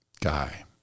guy